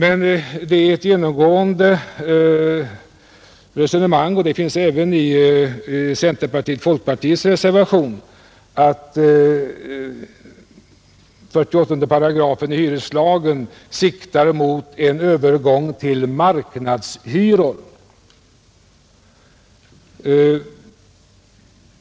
Ett genomgående resonemang i dem — och det finns även i centerpartiets och folkpartiets reservationer — är att 488 hyreslagen siktar mot en övergång till marknadshyror.